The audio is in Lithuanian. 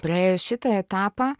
praėjus šitą etapą